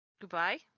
Goodbye